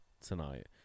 tonight